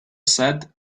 said